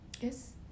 yes